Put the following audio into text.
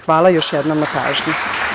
Hvala još jednom na pažnji.